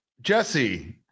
Jesse